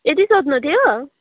यति सोध्नु थियो